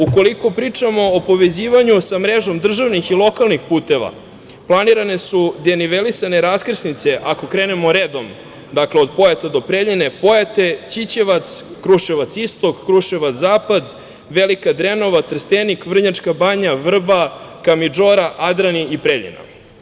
Ukoliko pričamo o povezivanju sa mrežom državnim i lokalnih puteva, planirane su denivelisane raskrsnice, ako krenemo redom, dakle, od Pojata do Preljine_ Pojate, Ćićevac, Kruševac istok, Kruševac zapad, Velika Drenova, Trstenik, Vrnjačka Banja, Vrba, Kamidžora, Adrani i Preljina.